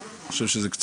ביותר.